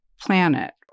planet